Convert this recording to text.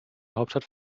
hauptstadt